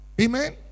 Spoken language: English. Amen